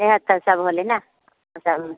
इएहा सब होलै ने ओ सब